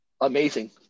Amazing